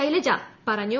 ശൈലജ പറഞ്ഞു